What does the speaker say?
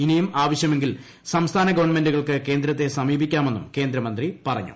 ഇനിയും ആവശ്യമെങ്കിൽ സംസ്ഥാന ഗവൺമെന്റുകൾക്ക് കേന്ദ്രത്തെ സമീപിക്കാമെന്നും കേന്ദ്രമന്ത്രി പറഞ്ഞു